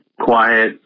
quiet